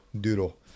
doodle